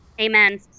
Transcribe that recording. Amen